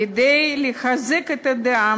כדי לחזק את הדעה,